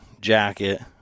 jacket